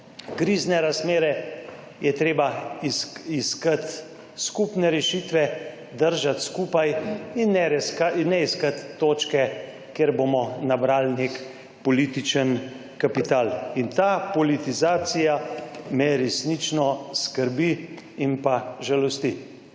krizne razmere, je treba iskati skupne rešitve, držati skupaj in ne iskati točk, kjer bomo nabrali nek političen kapital. In ta politizacija me resnično skrbi in pa žalosti.